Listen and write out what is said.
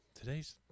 today's